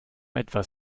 etwas